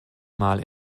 mal